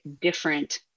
different